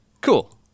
cool